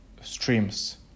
streams